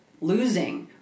losing